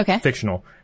fictional